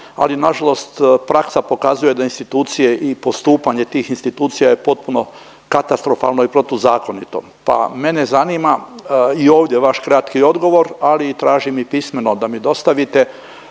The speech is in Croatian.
ali nažalost praksa pokazuje da institucije i postupanje tih institucija je potpuno katastrofalno i protuzakonito. Pa mene zanima i ovdje vaš kratki odgovor, ali i tražim i pismeno da mi dostavite,